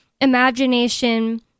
imagination